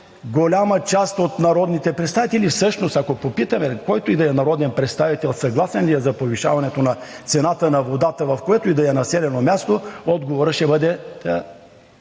голямата част от народните представители всъщност, ако попитаме който и да е народен представител съгласен ли е за повишаването на цената на водата, в което и да е населено място, отговорът ще бъде: